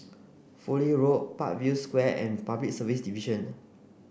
Fowlie Road Parkview Square and Public Service Division